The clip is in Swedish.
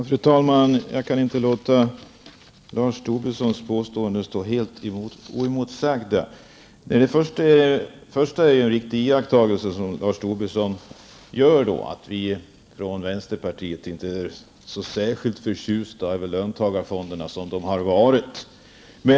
Fru talman! Jag kan inte låta Lars Tobissons påstående stå helt oemotsagt. Lars Tobisson gör en riktig iakttagelse om att vi från vänsterpartiet inte har varit så särskilt förtjusta över löntagarfonderna såsom de har varit utformade.